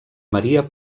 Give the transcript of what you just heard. maria